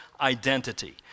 identity